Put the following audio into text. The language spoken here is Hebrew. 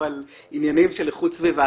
או על עניינים של איכות סביבה,